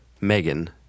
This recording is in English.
Megan